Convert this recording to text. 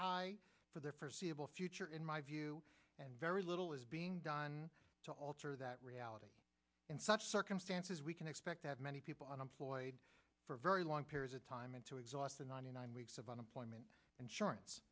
forseeable future in my view and very little is being done to alter that reality in such circumstances we can expect to have many people unemployed for very long periods of time into exhausted ninety nine weeks of unemployment insurance